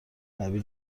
قوی